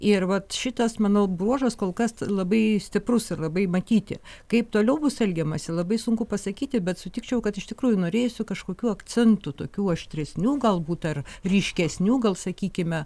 ir vat šitas manau bruožas kol kas labai stiprus ir labai matyti kaip toliau bus elgiamasi labai sunku pasakyti bet sutikčiau kad iš tikrųjų norėsiu kažkokių akcentų tokių aštresnių galbūt ar ryškesnių gal sakykime